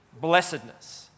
blessedness